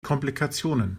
komplikationen